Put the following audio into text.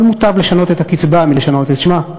אבל מוטב לשנות את הקצבה מלשנות את שמה.